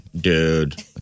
Dude